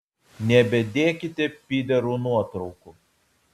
nebedėkite pyderų nuotraukų